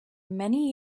many